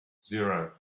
zero